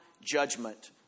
judgment